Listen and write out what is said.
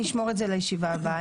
נשמור את זה לישיבה הבאה.